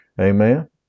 amen